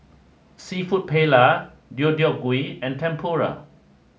Seafood Paella Deodeok Gui and Tempura